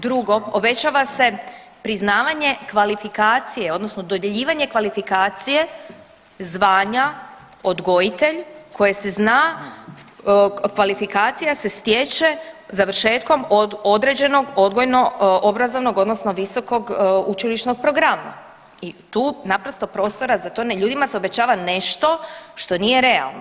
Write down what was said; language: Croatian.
Drugo, obećava se priznavanje kvalifikacije odnosno dodjeljivanje kvalifikacije zvanja odgojitelj koji se zna kvalifikacija se stječe završetkom od određenog odgojno obrazovnog odnosno visokog učilišnog programa i tu naprosto prostora za to, ljudima se obećava nešto što nije realno.